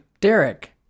Derek